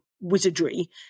wizardry